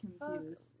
confused